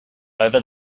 over